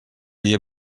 dia